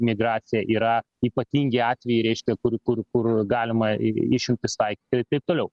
migracija yra ypatingi atvejai reiškia kur kur kur galima ir išimtis tai ir taip toliau